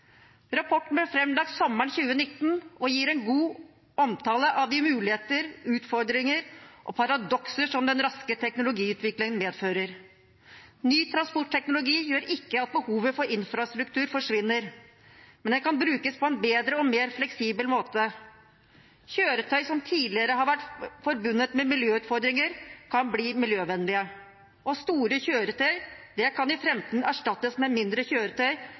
Rapporten ble framlagt sommeren 2019, og gir en god omtale av de muligheter, utfordringer og paradokser som den raske teknologiutviklingen medfører. Ny transportteknologi gjør ikke at behovet for infrastruktur forsvinner, men den kan brukes på en bedre og mer fleksibel måte. Kjøretøy som tidligere har vært forbundet med miljøutfordringer, kan bli miljøvennlige, og store kjøretøy kan i framtiden erstattes med mindre kjøretøy